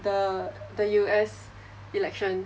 the the U_S election